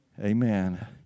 Amen